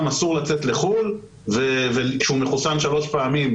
אסור לצאת לחו"ל כשהוא מחוסן שלוש פעמים,